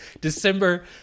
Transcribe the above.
December